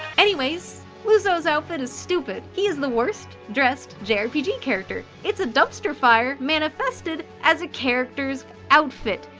anyways, luso's outfit is stupid! he's the worst dressed jrpg character. it's a dumpster fire manifested as a character's outfit.